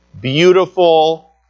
beautiful